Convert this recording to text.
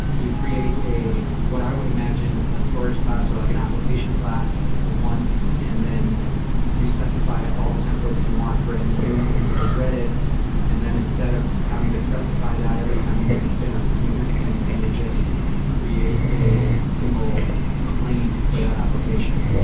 you create, what i would imagine, a storage class or like an application class once and then you specify all the templates you want for any new instances of redis and then instead of having to specify that every time you need to spin off a new instance, you would just create a single claim for that application.